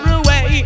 away